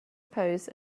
post